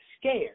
scared